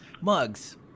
Mugs